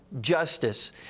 justice